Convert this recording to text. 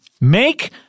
Make